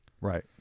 Right